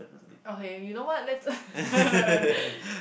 okay you know what let's